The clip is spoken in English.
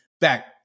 back